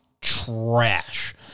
trash